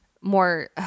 more